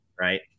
right